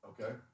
Okay